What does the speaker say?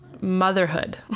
motherhood